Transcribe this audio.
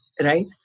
right